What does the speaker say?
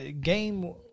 game